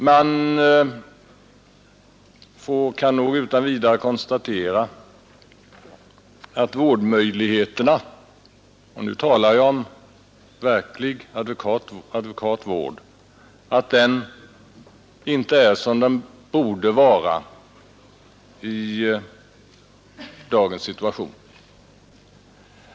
Man kan utan vidare konstatera att vårdmöjligheterna — nu talar om jag verklig adekvat vård — inte är som de borde vara i dagens situation.